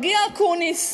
מגיע אקוניס,